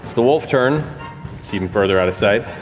the wolf turn. it's even further out of sight.